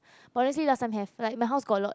honestly last time have like in the house got a lot